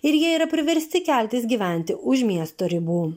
ir jie yra priversti keltis gyventi už miesto ribų